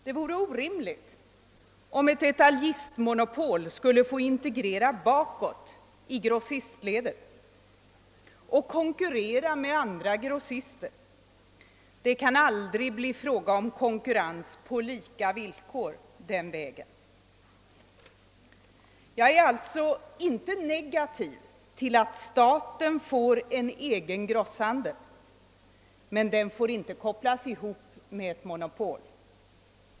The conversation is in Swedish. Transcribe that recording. Det vore orimligt om ett detaljistmonopol skulle få integrera bakåt i grossistledet och konkurrera med andra grossister. Det kan aldrig bli fråga om konkurrens på lika villkor den vägen. Jag är alltså inte negativ till att staten får en egen grosshandel, men den får inte kopplas ihop med ett monopol.